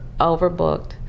overbooked